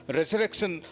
resurrection